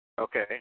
Okay